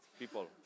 people